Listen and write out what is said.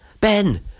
ben